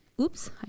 oops